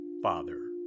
Father